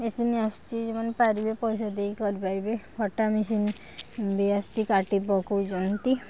machine ଆସୁଛି ଯେଉଁମାନେ ପାରିବେ ପଇସା ଦେଇ କରିପାରିବେ କଟା ମିସିନ୍ ବି ଆସିଛି କାଟି ପକଉଛନ୍ତି